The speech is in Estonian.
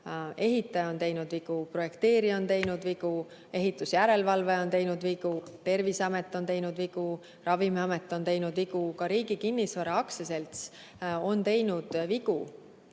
ehitaja on teinud vigu, projekteerija on teinud vigu, ehitusjärelevalve on teinud vigu, Terviseamet on teinud vigu, Ravimiamet on teinud vigu, ka Riigi Kinnisvara Aktsiaselts on teinud vigu.